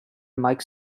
mike